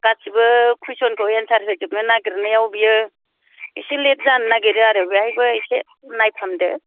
गासिबो कुइसनखौ एनसार होजोबनो नागिरनायाव बियो एसे लेथ जानो नागेरो आरो बेहायबो एसे नायफामदो